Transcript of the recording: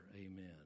Amen